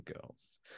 Girls